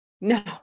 No